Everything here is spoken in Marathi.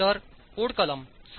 तर कोड कलम 7